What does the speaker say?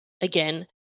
again